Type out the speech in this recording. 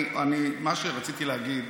מה שרציתי להגיד,